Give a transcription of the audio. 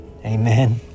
Amen